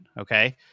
okay